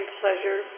pleasure